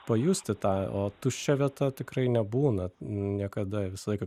pajusti tą o tuščia vieta tikrai nebūna niekada visą laiką